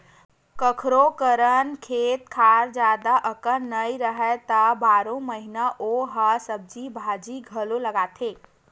कखोरो करन खेत खार जादा अकन नइ राहय त बारो महिना ओ ह सब्जी भाजी घलोक लगाथे